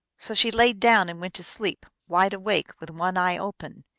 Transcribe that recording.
so she laid down and went to sleep, wide awake, with one eye open.